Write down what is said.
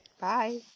Bye